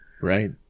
Right